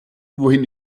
wohin